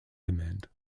demand